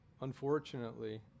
unfortunately